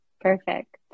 Perfect